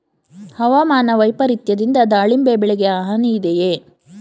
ಹವಾಮಾನ ವೈಪರಿತ್ಯದಿಂದ ದಾಳಿಂಬೆ ಬೆಳೆಗೆ ಹಾನಿ ಇದೆಯೇ?